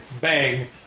bang